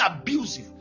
abusive